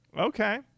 Okay